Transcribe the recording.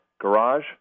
garage